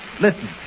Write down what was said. listen